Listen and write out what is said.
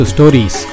Stories